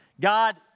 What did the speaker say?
God